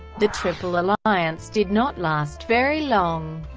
the triple alliance did not last very long.